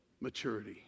maturity